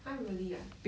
!huh! really ah